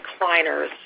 decliners